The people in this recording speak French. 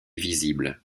visibles